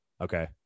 Okay